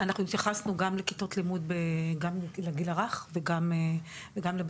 אנחנו התייחסנו גם לכיתות לימוד גם לגיל הרך וגם לבתי